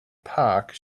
park